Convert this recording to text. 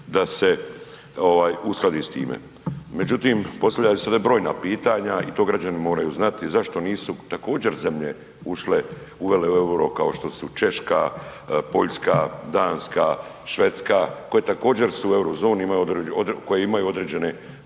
da se uskladi s time. Međutim postavljaju se ovdje brojna pitanja i to građani moraju znati zašto nisu također zemlje ušle, uvele euro kao što su Češka, Poljska, Danska, Švedska, koje također su u euro zoni, koje imaju određene,